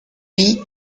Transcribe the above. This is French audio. lui